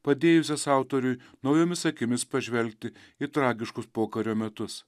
padėjusias autoriui naujomis akimis pažvelgti į tragiškus pokario metus